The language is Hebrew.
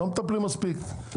אתם לא מטפלים מספיק.